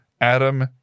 Adam